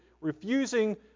refusing